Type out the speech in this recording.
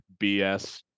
BS